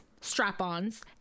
strap-ons